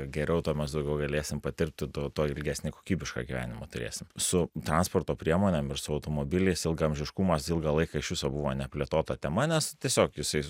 geriau tuo mes daugiau galėsim patirti tu tuo ilgesnį kokybišką gyvenimą turėsim su transporto priemonėm ir su automobiliais ilgaamžiškumas ilgą laiką iš viso buvo neplėtota tema nes tiesiog jisai